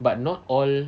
but not all